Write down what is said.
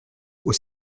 aux